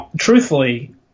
Truthfully